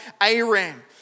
Aram